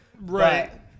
Right